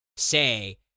say